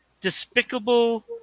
despicable